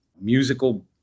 musical